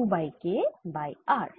K by r